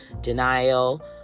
denial